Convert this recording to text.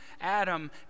Adam